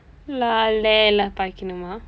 lah leh எல்லாம் பைகுணுமா:ellaam paikunumaa